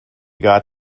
got